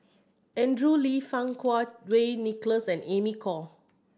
Andrew Lee Fang Kuo Wei Nicholas and Amy Khor